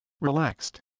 Relaxed